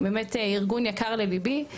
באמת ארגון יקר לליבי.